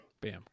Bam